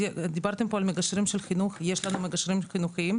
דיברתם פה על מגשרים של חינוך יש לנו פה מגשרים חינוכיים.